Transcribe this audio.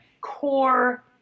core